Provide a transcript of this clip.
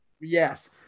yes